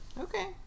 Okay